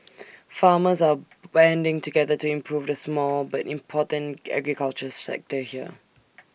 farmers are banding together to improve the small but important agriculture sector here